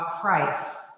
Christ